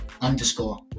Underscore